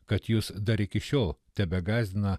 kad jus dar iki šiol tebegąsdina